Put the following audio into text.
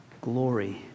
glory